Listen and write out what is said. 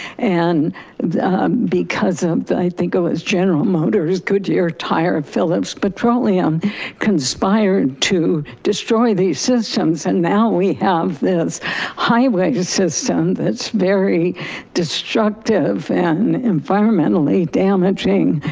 and because of that, i think it was general motors goodyear tire of philips petroleum conspired to destroy these systems and now we have this highway system that's very destructive environmentally damaging.